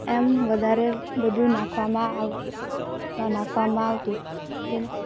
એમ વધારે બધુ નાંખવામાં નાંખવામાં આવતું જેને